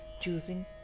Choosing